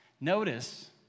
Notice